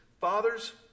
Fathers